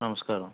నమస్కారం